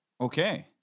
okay